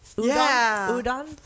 Udon